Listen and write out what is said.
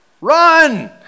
Run